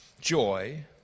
Joy